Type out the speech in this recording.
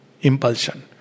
impulsion